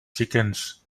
chickens